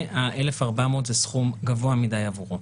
ו-1,400 זה סכום גבוה מדי עבורו.